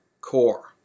CORE